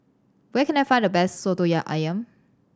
where can I find the best soto ayam